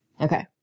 Okay